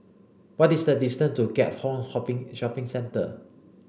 what is the distance to Keat Hong Shopping Centre